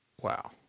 Wow